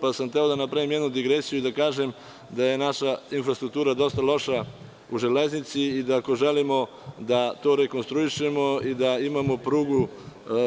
Hteo sam da napravim jednu digresiju i da kažem da je naša infrastruktura dosta loša u železnici i da ako želimo da to rekonstruišemo, da imamo prugu